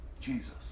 Jesus